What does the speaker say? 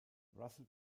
russell